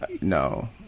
no